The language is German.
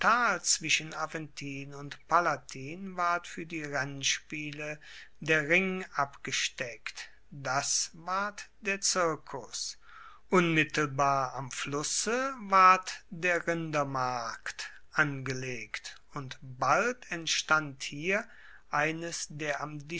zwischen aventin und palatin ward fuer die rennspiele der ring abgesteckt das ward der circus unmittelbar am flusse ward der rindermarkt angelegt und bald entstand hier eines der am